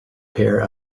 pair